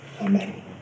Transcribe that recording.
Amen